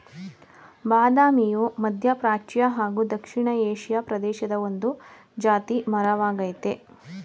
ಬಾದಾಮಿಯು ಮಧ್ಯಪ್ರಾಚ್ಯ ಹಾಗೂ ದಕ್ಷಿಣ ಏಷಿಯಾ ಪ್ರದೇಶದ ಒಂದು ಜಾತಿ ಮರ ವಾಗಯ್ತೆ